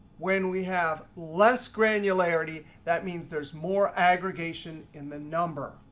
when we have less granularity, that means there's more aggregation in the number.